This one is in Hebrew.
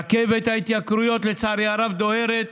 רכבת ההתייקרויות, לצערי הרב, דוהרת